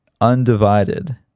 undivided